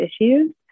issues